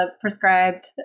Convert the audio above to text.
prescribed